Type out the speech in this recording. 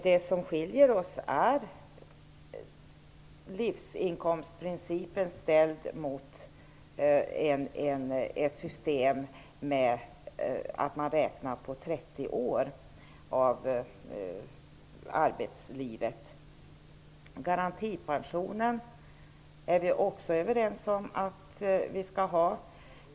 Det som skiljer oss är livsinkomstprincipen ställd mot ett system där man räknar på 30 år av arbetslivet. Vi är också överens om att vi skall ha garantipensionen.